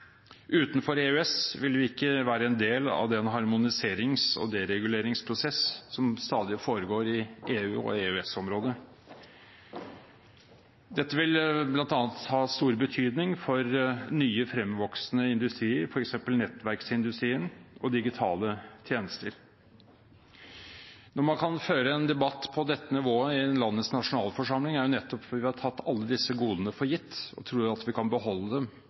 Utenfor EØS ville vi ikke være en del av den harmoniserings- og dereguleringsprosess som stadig foregår i EU- og EØS-området. Dette ville bl.a. ha stor betydning for nye fremvoksende industrier, f.eks. nettverksindustrien og digitale tjenester. Når man kan føre en debatt på dette nivået i landets nasjonalforsamling, er det nettopp fordi vi har tatt alle disse godene for gitt og tror vi kan beholde dem